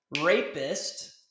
rapist